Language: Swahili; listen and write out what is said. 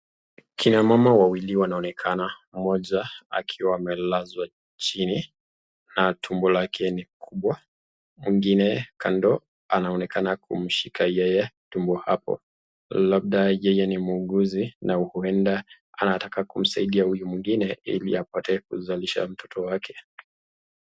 Kina mama wawili wanaonekana, mmoja akiwa amelazwa chini, tumbo lake ni kubwa. Mwingine kando anaonekana akishika tumbo hapo. Labda yeye ni muuguzi na huenda anataka kumsaidia huyu mwingine ili aweze kumzalisha mtoto wake.